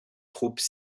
troupes